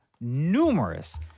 numerous